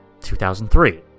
2003